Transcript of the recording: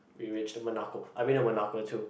we reached the Monaco I had been to Monaco too